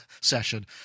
session